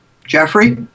Jeffrey